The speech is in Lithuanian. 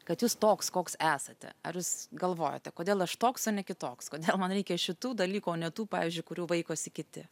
kad jūs toks koks esate ar jūs galvojote kodėl aš toks o ne kitoks kodėl man reikia šitų dalykų o ne tų pavyzdžiui kurių vaikosi kiti